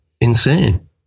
insane